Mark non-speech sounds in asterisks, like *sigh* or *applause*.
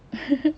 *laughs*